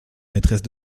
maîtresse